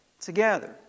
Together